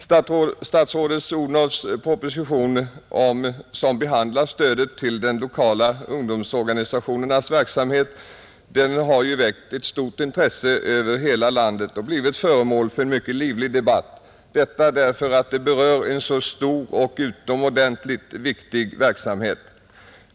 Statsrådet Odhnoffs proposition, som behandlar stödet till de lokala ungdomsorganisationernas verksamhet, har ju väckt stort intresse över hela landet och blivit föremål för en mycket livlig debatt, detta därför att den berör en så stor och utomordentligt viktig verksamhet.